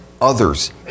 others